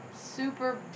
super